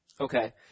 Okay